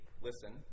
listen